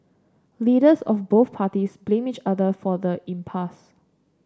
leaders of both parties blamed each other for the impasse